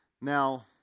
Now